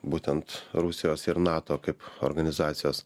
būtent rusijos ir nato kaip organizacijos